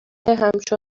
همچون